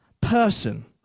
person